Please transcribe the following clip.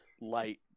light